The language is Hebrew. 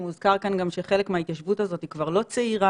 הוזכר כאן גם שחלק מההתיישבות הזאת היא כבר לא צעירה.